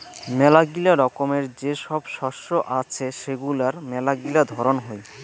মেলাগিলা রকমের যে সব শস্য আছে সেগুলার মেলাগিলা ধরন হই